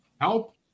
help